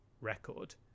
record